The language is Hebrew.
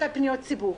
לציבור,